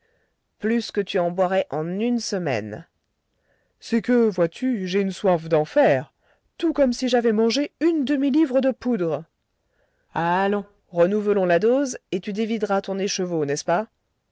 plus que tu en boirais en une semaine c'est que vois-tu j'ai une soif d'enfer tout comme si j'avais mangé une demi-livre de poudre allons renouvelons la dose et tu dévideras ton écheveau n'est-ce pas